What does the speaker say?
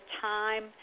time